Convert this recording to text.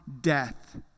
death